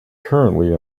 currently